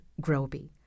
Groby